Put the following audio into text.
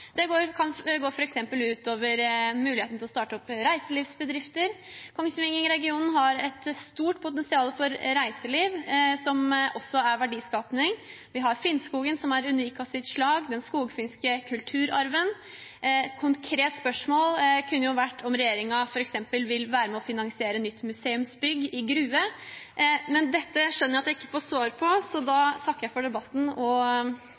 Det kan f.eks. gå ut over mulighetene til å starte opp reiselivsbedrifter. Kongsvinger-regionen har et stort potensial for reiseliv, som også er verdiskaping. Vi har Finnskogen, som er unik i sitt slag med bl.a. den skogfinske kulturarven. Et konkret spørsmål kunne vært om regjeringen f.eks. vil være med på å finansiere nytt museumsbygg i Grue. Men dette skjønner jeg at jeg ikke får svar på, så jeg takker for debatten og